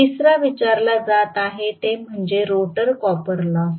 तिसरा विचारला जात आहे तो म्हणजे रोटर कॉपर लॉस